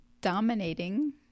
dominating